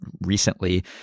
recently